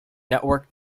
networked